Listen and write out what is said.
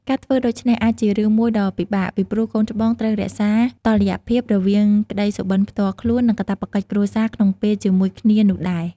ការធ្វើដូច្នេះអាចជារឿងមួយដ៏ពិបាក ពីព្រោះកូនច្បងត្រូវរក្សាតុល្យភាពរវាងក្ដីសុបិនផ្ទាល់ខ្លួន និងកាតព្វកិច្ចគ្រួសារក្នុងពេលជាមួយគ្នានោះដែរ។